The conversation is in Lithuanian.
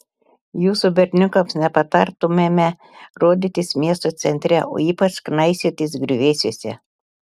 jūsų berniukams nepatartumėme rodytis miesto centre o ypač knaisiotis griuvėsiuose